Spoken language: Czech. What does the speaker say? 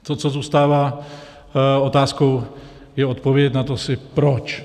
To, co zůstává otázkou, je odpovědět si proč.